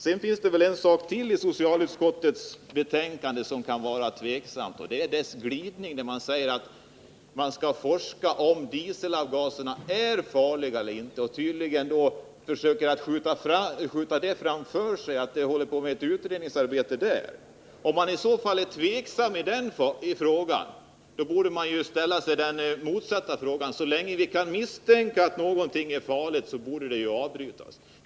Ytterligare en sak i socialutskottets betänkande ställer jag mig tveksam till. Det är dess glidning när man säger att man skall forska i om dieselavgaserna är farliga eller inte. Utskottet försöker krypa bakom det förhållandet att ett utredningsarbete pågår. Om man är tveksam i den frågan borde man vända på den och säga sig att om man kan misstänka att någonting är farligt bör det Nr 122 avbrytas.